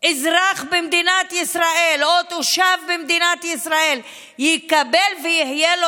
אזרח במדינת ישראל או תושב במדינת ישראל יקבל ויהיה לו